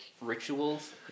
rituals